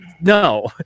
No